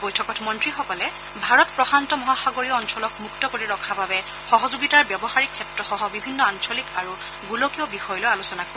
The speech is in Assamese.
বৈঠকত মন্ত্ৰীসকলে ভাৰত প্ৰশান্ত মহাসাগৰীয় অঞ্চলক মুক্ত কৰি ৰখাৰ বাবে সহযোগিতাৰ ব্যৱহাৰিক ক্ষেত্ৰসহ বিভিন্ন আঞ্চলিক আৰু গোলকীয় বিষয় লৈ আলোচনা কৰিব